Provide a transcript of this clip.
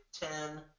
ten